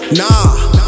nah